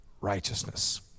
righteousness